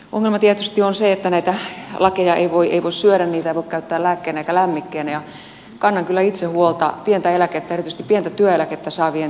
ongelma tietysti on se että näitä lakeja ei voi syödä niitä ei voi käyttää lääkkeenä eikä lämmikkeenä ja kannan kyllä itse huolta pientä eläkettä erityisesti pientä työeläkettä saavien tilanteesta